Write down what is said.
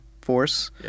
force